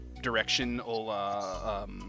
directional